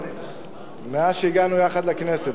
מאז שהגענו יחד לכנסת,